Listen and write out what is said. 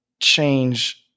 change